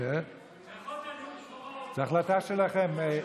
נאום בכורה, זאת החלטה שלכם.